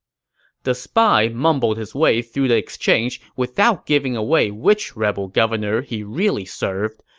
the spy mumbled his way through the exchange without giving away which rebel governor he really served,